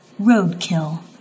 roadkill